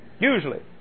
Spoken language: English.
Usually